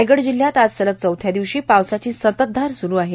रायगड जिल्हयात आज सलग चौथ्या दिवशी पावसाची संततधार सुरूच आहे